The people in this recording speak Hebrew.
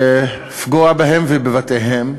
לפגוע בהם ובבתיהם.